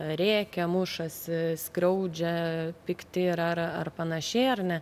rėkia mušasi skriaudžia pikti ir ar ar panašiai ar ne